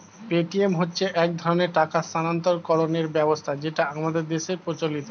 Paytm হচ্ছে এক ধরনের টাকা স্থানান্তরকরণের ব্যবস্থা যেটা আমাদের দেশের প্রচলিত